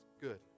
good